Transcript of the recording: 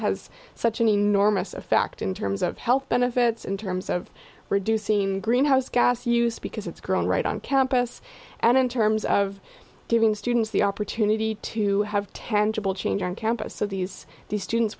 has such an enormous effect in terms of health benefits in terms of reducing greenhouse gas use because it's grown right on campus and in terms of giving students the opportunity to have tangible change on campus so these the students